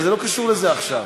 אבל זה לא קשור לזה עכשיו.